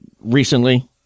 recently